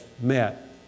met